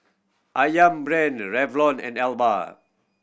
Ayam Brand Revlon and Alba